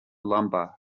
lumber